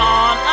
on